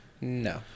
no